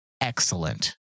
excellent